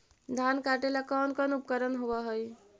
धान काटेला कौन कौन उपकरण होव हइ?